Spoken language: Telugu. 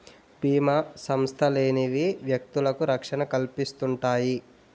బీమా సంస్థలనేవి వ్యక్తులకు రక్షణ కల్పిస్తుంటాయి